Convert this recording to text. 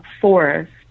forest